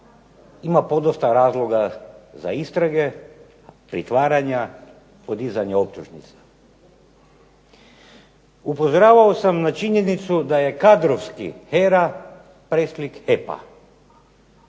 ima podosta razloga za istrage, pritvaranja, podizanja optužnice. Upozoravao sam na činjenicu da je kadrovski HERA preslik HEP-a.